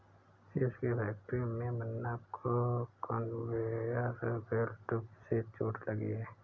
chips की factory में मुन्ना को कन्वेयर बेल्ट से चोट लगी है